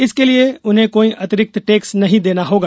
इसके लिए उन्हें कोई अतिरिक्त टैक्स नहीं देना होगा